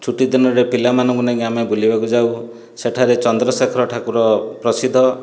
ଛୁଟିଦିନରେ ପିଲାମାନଙ୍କୁ ନେଇକି ଆମେ ବୁଲିବାକୁ ଯାଉ ସେଠାରେ ଚନ୍ଦ୍ରଶେଖର ଠାକୁର ପ୍ରସିଦ୍ଧ